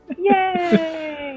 Yay